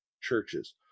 churches